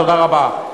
תודה רבה.